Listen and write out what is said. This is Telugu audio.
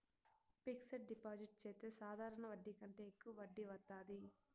ఫిక్సడ్ డిపాజిట్ చెత్తే సాధారణ వడ్డీ కంటే యెక్కువ వడ్డీ వత్తాది